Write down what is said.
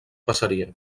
passaria